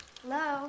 hello